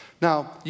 Now